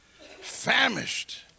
Famished